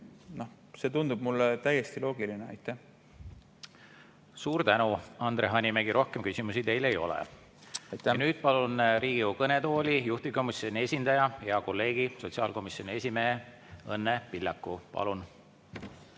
See tundub mulle täiesti loogiline. Suur tänu, Andre Hanimägi! Rohkem küsimusi teile ei ole. Nüüd palun Riigikogu kõnetooli juhtivkomisjoni esindaja, hea kolleegi, sotsiaalkomisjoni esimehe Õnne Pillaku. Palun!